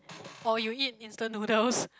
oh you eat instant noodles